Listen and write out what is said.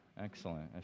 Excellent